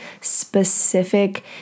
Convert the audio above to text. specific